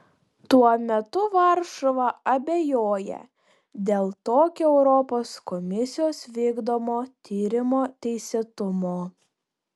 tuo metu varšuva abejoja dėl tokio europos komisijos vykdomo tyrimo teisėtumo